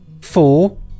four